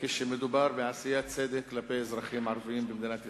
כשמדובר בעשיית צדק כלפי אזרחים ערבים במדינת ישראל.